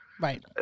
right